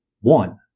One